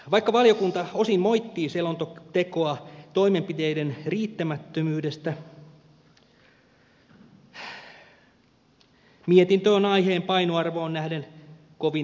vaikka valiokunta osin moittii selontekoa toimenpiteiden riittämättömyydestä mietintö on aiheen painoarvoon nähden kovin heiveröinen